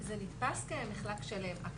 זה נתפס כמחלק שלם, רק